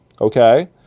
Okay